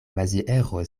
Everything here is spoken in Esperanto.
maziero